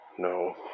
no